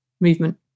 movement